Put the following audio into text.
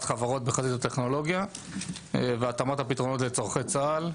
חברות בחזית הטכנולוגיה והתאמת הפתרונות לצורכי צה"ל,